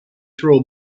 throw